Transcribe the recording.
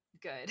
good